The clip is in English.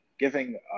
Giving